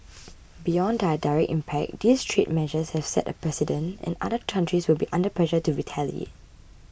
beyond their direct impact these trade measures have set a precedent and other countries will be under pressure to retaliate